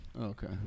Okay